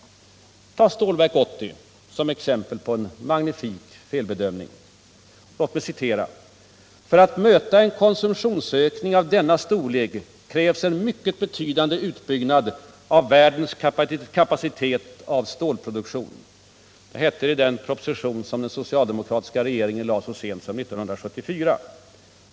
Ta Stålverk 80 som exempel på en magnifik felbedömning! ”För att möta en konsumtionsökning av denna storlek krävs en mycket betydande utbyggnad av världens kapacitet av stålproduktion”, hette det i en proposition som den socialdemokratiska regeringen lade fram så sent som 1974.